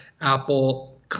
Apple